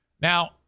now